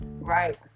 Right